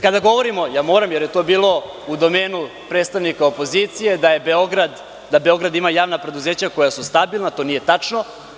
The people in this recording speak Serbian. Kada govorimo, ja moram, jer je to bilo u domenu predstavnika opozicije, da Beograd ima javna preduzeća koja su stabilna, to nije tačno.